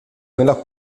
nella